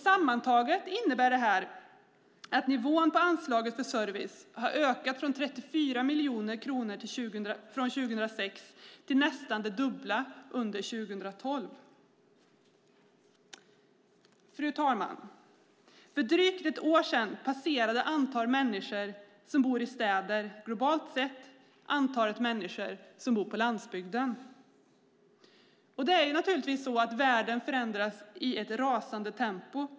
Sammantaget innebär detta att nivån på anslaget för service har ökat från 34 miljoner kronor från 2006 till nästan det dubbla under 2012. Fru talman! För drygt ett år sedan passerade antalet människor som bor i städer globalt sett antalet människor som bor på landsbygden. Världen förändras i ett rasande tempo.